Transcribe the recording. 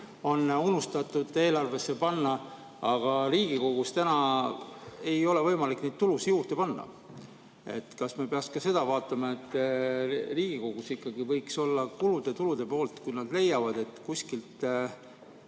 on unustatud eelarvesse panna, aga Riigikogus täna ei ole võimalik neid tulusid juurde panna. Kas me peaksime vaatama, et Riigikogus võiks olla kulude-tulude pool, et kui nad leiavad, et kuskilt